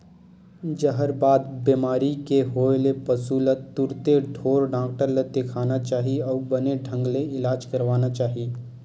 जहरबाद बेमारी के होय ले पसु ल तुरते ढ़ोर डॉक्टर ल देखाना चाही अउ बने ढंग ले इलाज करवाना चाही